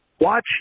watch